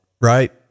right